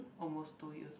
almost two years